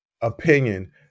opinion